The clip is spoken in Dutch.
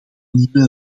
nieuwe